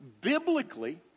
Biblically